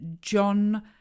John